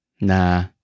Nah